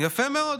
יפה מאוד,